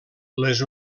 les